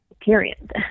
period